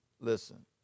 listen